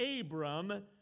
Abram